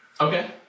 Okay